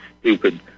stupid